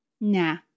Nah